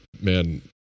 Man